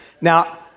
Now